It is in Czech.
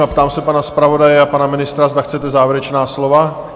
Ptám se pana zpravodaje a pana ministra, zda chtějí závěrečná slova?